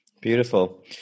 Beautiful